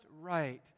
right